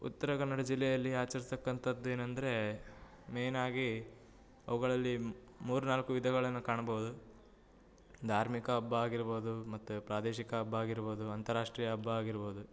ಉತ್ತರ ಕನ್ನಡ ಜಿಲ್ಲೆಯಲ್ಲಿ ಆಚರಿಸ್ತಕ್ಕಂಥದ್ದು ಏನು ಅಂದರೆ ಮೇಯ್ನ್ ಆಗಿ ಅವುಗಳಲ್ಲಿ ಮೂರು ನಾಲ್ಕು ವಿಧಗಳನ್ನ ಕಾಣಬೋದು ಧಾರ್ಮಿಕ ಹಬ್ಬ ಆಗಿರ್ಬೋದು ಮತ್ತು ಪ್ರಾದೇಶಿಕ ಹಬ್ಬ ಆಗಿರ್ಬೋದು ಅಂತಾರಾಷ್ಟ್ರೀಯ ಹಬ್ಬ ಆಗಿರ್ಬೋದು